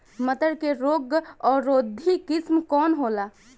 मटर के रोग अवरोधी किस्म कौन होला?